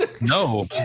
no